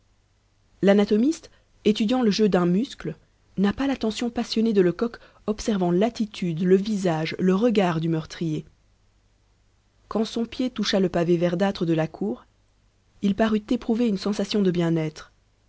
l'anatomiste étudiant le jeu d'un muscle n'a pas l'attention passionnée de lecoq observant l'attitude le visage le regard du meurtrier quand son pied toucha le pavé verdâtre de la cour il parut éprouver une sensation de bien-être